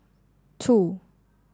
two